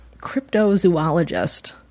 cryptozoologist